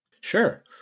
Sure